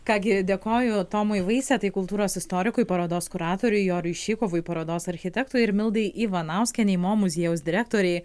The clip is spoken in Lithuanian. ką gi dėkoju tomui vaisetai kultūros istorikui parodos kuratoriui joriui šykovui parodos architektui ir mildai ivanauskienei mo muziejaus direktorei